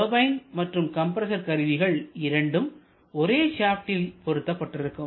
turbine மற்றும் compressor கருவிகள் இரண்டும் ஒரே ஷாப்டில் பொருத்தப்பட்டிருக்கும்